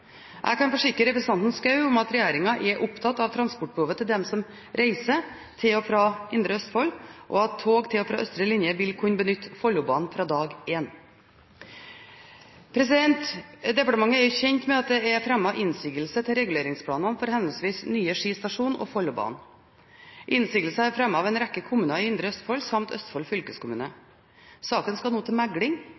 Jeg kan forsikre representanten Schou om at regjeringen er opptatt av transportbehovet til dem som reiser til og fra Indre Østfold, og at tog til og fra østre linje vil kunne benytte Follobanen fra dag én. Departementet er kjent med at det er fremmet innsigelser til reguleringsplanene for henholdsvis nye Ski stasjon og Follobanen. Innsigelsene er fremmet av en rekke kommuner i Indre Østfold samt Østfold fylkeskommune.